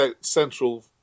central